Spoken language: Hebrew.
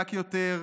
חזק יותר,